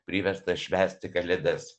priverstą švęsti kalėdas